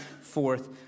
forth